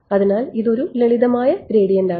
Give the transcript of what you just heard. അതിനാൽ ഇത് ഒരു ലളിതമായ ഗ്രേഡിയന്റാണ്